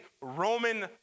Roman